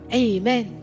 amen